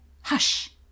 Hush